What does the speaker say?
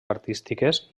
artístiques